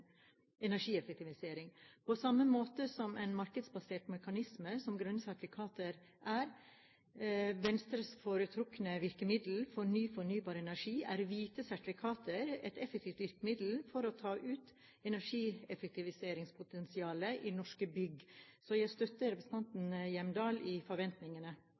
energieffektivisering. På samme måte som en markedsbasert mekanisme som grønne sertifikater er Venstres foretrukne virkemiddel for ny fornybar energi, er hvite sertifikater et effektivt virkemiddel for å ta ut energieffektiviseringspotensialet i norske bygg. Så jeg støtter representanten Hjemdal i forventningene.